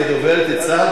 כדוברת צה"ל,